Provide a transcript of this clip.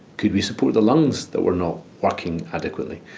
could we support the lungs that were not working adequately?